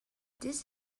this